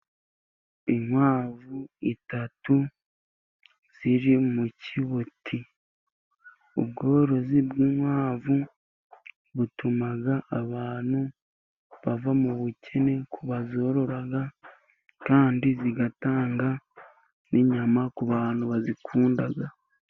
Inkwavu eshatu ziri mu kibuti. Ubworozi bw'inkwavu butuma abantu bava mu bukene, ku bazorora kandi zigatanga n'inyama ku bantu bazikunda.